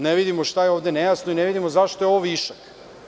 Ne vidimo šta je ovde nejasno i ne vidimo zašto je ovo višak.